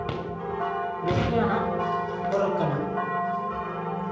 ᱨᱟᱹᱥᱠᱟᱹ ᱟᱱᱟᱜ ᱯᱚᱨᱚᱵᱽ ᱠᱟᱱᱟ